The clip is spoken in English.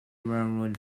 railroad